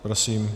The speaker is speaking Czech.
Prosím.